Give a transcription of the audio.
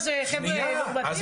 אלה חבר'ה נורמטיביים.